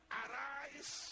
arise